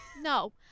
No